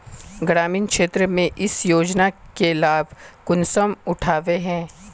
ग्रामीण क्षेत्र में इस योजना के लाभ कुंसम उठावे है?